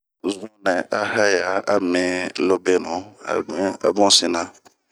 Zun nɛ a hɛya a mi lobenu a bun a din sina.